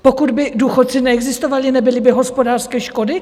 Pokud by důchodci neexistovali, nebyly by hospodářské škody?